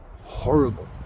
horrible